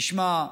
תשמע,